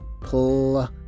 pull